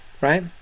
right